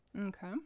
Okay